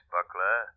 Buckler